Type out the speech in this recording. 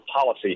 policy